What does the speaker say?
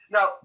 Now